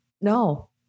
no